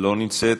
לא נמצאת,